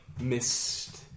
missed